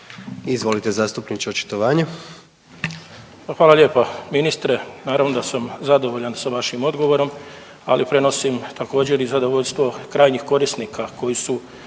Izvolite zastupniče očitovanje. **Šimić, Hrvoje (HDZ)** Hvala lijepa ministre. Naravno da sam zadovoljan sa vašim odgovorom, ali prenosim također i zadovoljstvo krajnjih korisnika koji su